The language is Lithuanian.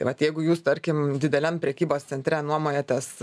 vat jeigu jūs tarkim dideliam prekybos centre nuomojatės